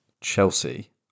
Chelsea